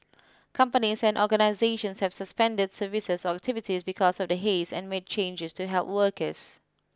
companies and organisations have suspended services or activities because of the haze and made changes to help workers